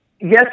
Yes